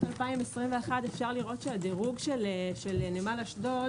ב-2021 הדירוג של נמל אשדוד